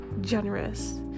generous